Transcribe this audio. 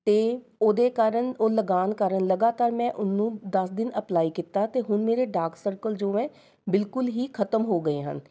ਅਤੇ ਉਹਦੇ ਕਾਰਨ ਉਹ ਲਗਾਉਣ ਕਾਰਨ ਲਗਾਤਾਰ ਮੈਂ ਉਹਨੂੰ ਦਸ ਦਿਨ ਅਪਲਾਈ ਕੀਤਾ ਅਤੇ ਹੁਣ ਮੇਰੇ ਡਾਰਕ ਸਰਕਲ ਜੋ ਹੈ ਬਿਲਕੁਲ ਹੀ ਖਤਮ ਹੋ ਗਏ ਹਨ